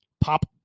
pop